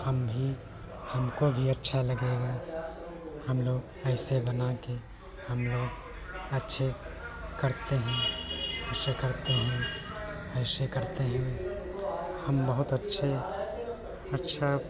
हम भी हमको भी अच्छा लगेगा हमलोग ऐसे बनाकर हमलोग अच्छे करते हैं अच्छे करते हैं ऐसे करते हैं हम बहुत अच्छे अच्छा